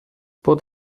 pot